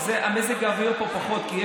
כי מזג האוויר פה פחות מתאים.